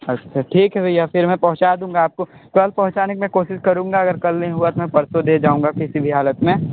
अच्छा ठीक है भैया फिर मैं पहुँचा दूँगा आपको कल पहुंचाने की में कोशिश करूँगा अगर कल नहीं हुआ तो मैं परसों दे जाऊंगा किसी भी हालत में